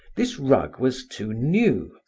this rug was too new,